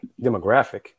demographic